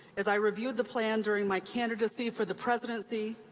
as i reviewed the plan during my candidacy for the presidency,